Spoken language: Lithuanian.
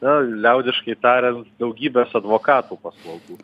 na liaudiškai tariant daugybės advokatų paslaugų